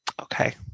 Okay